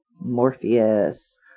Morpheus